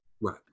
Right